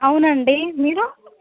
అవునండి మీరు